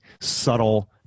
subtle